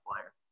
player